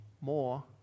more